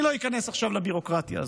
אני לא איכנס עכשיו לביורוקרטיה הזאת.